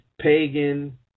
pagan